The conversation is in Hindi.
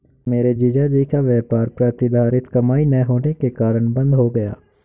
मेरे जीजा जी का व्यापार प्रतिधरित कमाई ना होने के कारण बंद हो गया